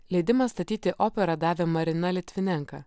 leidimą statyti operą davė marina litvinenka